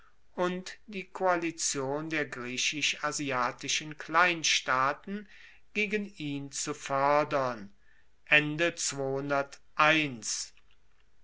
und die koalition der griechisch asiatischen kleinstaaten gegen ihn zu foerdern